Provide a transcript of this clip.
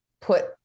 put